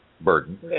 burden